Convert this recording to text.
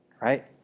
right